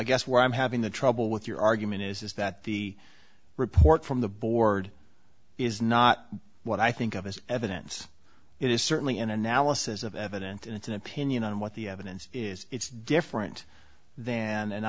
i guess what i'm having the trouble with your argument is is that the report from the board is not what i think of as evidence it is certainly an analysis of evidence and it's an opinion on what the evidence is it's different then